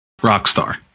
rockstar